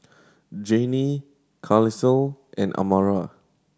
Jannie Carlisle and Amara